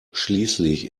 schließlich